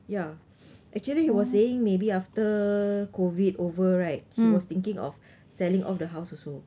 ya actually he was saying maybe after COVID over right he was thinking of selling off the house also